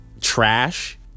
trash